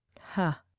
Ha